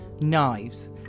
knives